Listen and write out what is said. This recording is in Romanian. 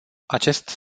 acest